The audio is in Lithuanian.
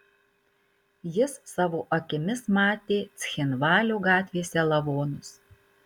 jis savo akimis matė cchinvalio gatvėse lavonus